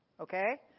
Okay